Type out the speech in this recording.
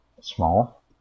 small